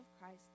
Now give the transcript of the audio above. Christ